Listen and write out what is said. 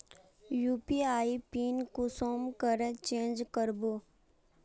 UPI PIN कुंसम करे change करबो?